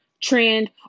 trend